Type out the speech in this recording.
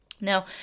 Now